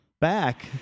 Back